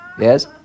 Yes